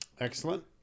Excellent